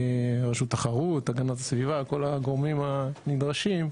רשות התחרות, הגנת הסביבה, כל הגורמים הנדרשים,